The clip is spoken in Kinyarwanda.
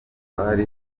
twari